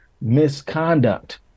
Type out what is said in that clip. misconduct